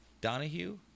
Donahue